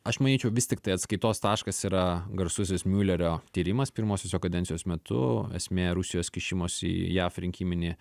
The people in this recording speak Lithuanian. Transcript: aš manyčiau vis tiktai atskaitos taškas yra garsusis miulerio tyrimas pirmosios jo kadencijos metu esmė rusijos kišimosi į jav rinkiminį